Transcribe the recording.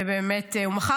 באמת, הוא מכר.